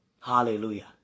Hallelujah